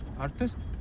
artist?